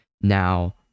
Now